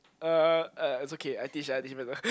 uh uh it's okay I teach I teach better